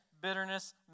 bitterness